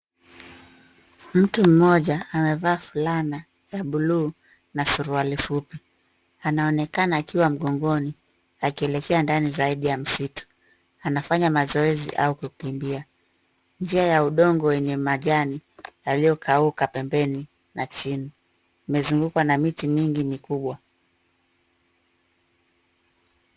Mtu mmoja amevaa fulana ya bluu na suruali fupi, anaonekana akiwa mgongoni akielekea ndani zaidi ya msitu. Anafanya mazoezi au kukimbia. Njia ya udongo yenye majani yaliyokauka pembeni na chini, imezungukwa na miti mingi mikubwa.